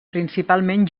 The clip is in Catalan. principalment